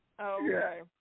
Okay